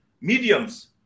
mediums